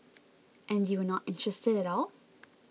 and you were not interested at all